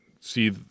See